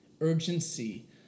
urgency